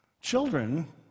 Children